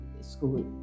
school